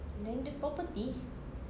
landed property